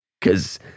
Cause